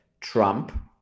Trump